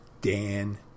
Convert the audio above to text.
Dan